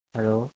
Hello